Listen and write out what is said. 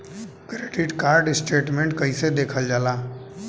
Credit card statement कइसे देखल जाला?